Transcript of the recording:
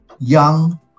young